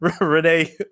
Renee